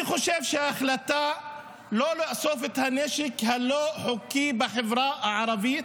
אני חושב שההחלטה לא לאסוף את הנשק הלא-חוקי בחברה הערבית,